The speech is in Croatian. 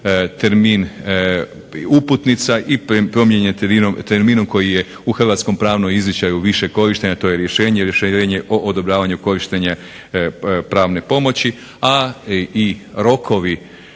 termin uputnica i promijenjen terminom koji je u hrvatskom pravnom izričaju više korišten a to je rješenje, rješenje o odobravanju korištenja pravne pomoći, a i rokovi